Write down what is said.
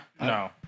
No